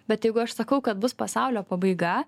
bet jeigu aš sakau kad bus pasaulio pabaiga